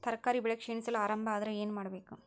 ತರಕಾರಿ ಬೆಳಿ ಕ್ಷೀಣಿಸಲು ಆರಂಭ ಆದ್ರ ಏನ ಮಾಡಬೇಕು?